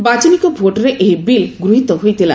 ବାଚନିକ ଭୋଟ୍ରେ ଏହି ବିଲ୍ ଗୃହିତ ହୋଇଥିଲା